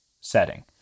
setting